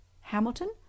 Hamilton